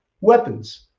weapons